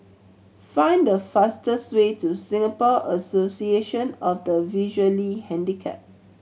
find the fastest way to Singapore Association of the Visually Handicapped